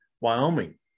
Wyoming